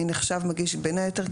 מי נחשב מגיש עזרה ראשונה כי בין היתר,